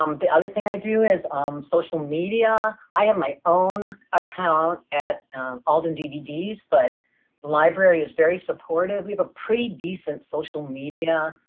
um the other thing i do is social media, i have my own account at ailedden dvds but library is very supportive, we have a pretty decent social media